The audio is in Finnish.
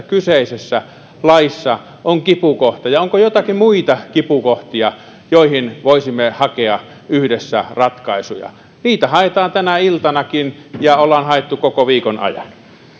kyseisessä laissa on kipukohta ja onko joitakin muita kipukohtia joihin voisimme hakea yhdessä ratkaisuja niitä haetaan tänäkin iltana ja ollaan haettu koko viikon ajan